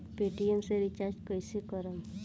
Paytm से recharge कईसे करम?